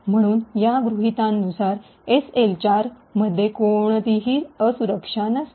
म्हणून या गृहितकांनुसार एसईएल ४ मध्ये कोणतीही असुरक्षा नसतात